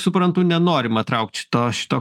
suprantu nenorima traukt šito šito